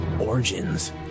Origins